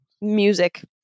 music